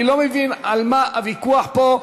אני לא מבין על מה הוויכוח פה.